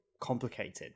complicated